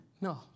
No